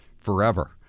forever